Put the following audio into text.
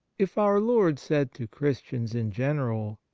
if our lord said to christians in general,